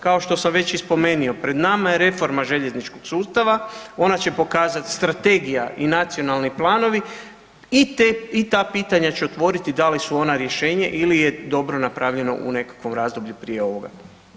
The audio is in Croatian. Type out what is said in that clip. Kao što sam već i spomenuo, pred nama je reforma željezničkog sustava, onda će pokazati strategije i nacionalni planovi i ta pitanja će otvoriti da li su ona rješenje ili je dobro napravljeno u nekakvom razdoblju prije ovoga.